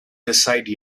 decide